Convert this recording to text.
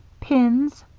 pins,